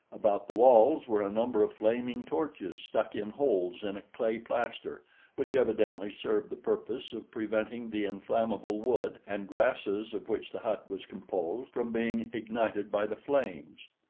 about the walls were a number of flaming torches stuck in holes in a clay plaster which evidently served the purpose of preventing the inflammable wood and grasses of which the hut was composed from being ignited by the flames.